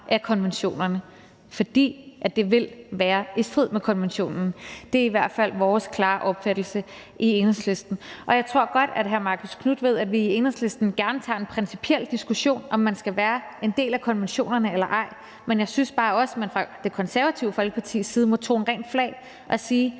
af konventionerne, fordi det vil være i strid med konventionerne. Det er i hvert fald vores klare opfattelse i Enhedslisten. Og jeg tror godt, at hr. Marcus Knuth ved, at vi i Enhedslisten gerne tager en principiel diskussion om, om man skal være en del af konventionerne eller ej. Men jeg synes bare også, Det Konservative Folkeparti må tone rent flag og sige,